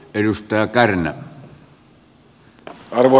arvoisa puhemies